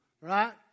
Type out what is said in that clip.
right